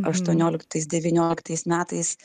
aštuonioliktais devynioliktais metais